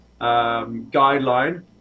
guideline